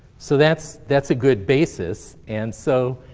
so that's that's a good basis. and so